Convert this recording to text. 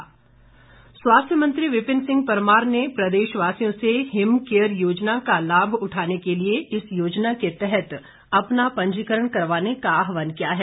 विपिन परमार स्वास्थ्य मंत्री विपिन सिंह परमार ने प्रदेश वासियों से हिम केयर योजना का लाभ उठाने के लिए इस योजना के तहत अपना पंजीकरण करवाने का आहवान किया है